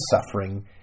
suffering